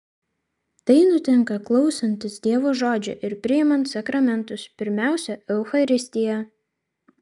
tai nutinka klausantis dievo žodžio ir priimant sakramentus pirmiausia eucharistiją